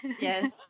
yes